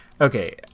okay